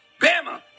Bama